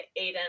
Aiden